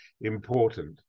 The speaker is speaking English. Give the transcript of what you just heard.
important